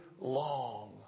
long